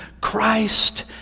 Christ